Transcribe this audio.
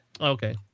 Okay